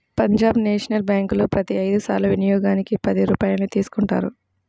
Punjab national బ్యేంకులో ప్రతి ఐదు సార్ల వినియోగానికి పది రూపాయల్ని తీసుకుంటారు